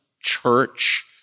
church